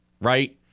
right